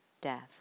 death